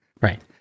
Right